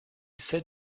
said